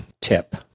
tip